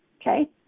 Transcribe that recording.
okay